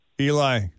Eli